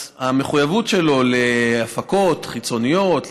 המחויבות שלו להפקות חיצוניות,